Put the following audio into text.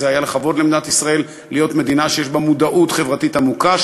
וזה היה לכבוד למדינת ישראל להיות מדינה שיש בה מודעות חברתית עמוקה,